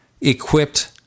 equipped